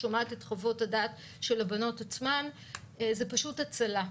שומעת את חוות הדעת של הבנות עצמן וזה פשוט הצלה.